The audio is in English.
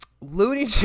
Looney